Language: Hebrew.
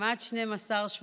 כמעט 12 שבטים.